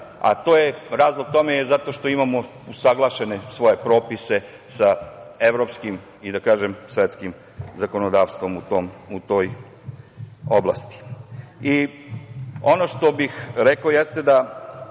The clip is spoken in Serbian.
razlog tome je zato što imamo usaglašene svoje propise sa evropskim i, da kažem, svetskim zakonodavstvom u toj oblasti. Ono